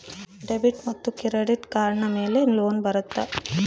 Debit ಮತ್ತು credit ಕಾರ್ಡಿನ ಮೇಲೆ ಲೋನ್ ಬರುತ್ತಾ?